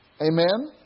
Amen